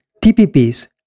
TPPs